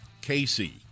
Casey